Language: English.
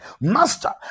Master